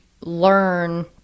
learn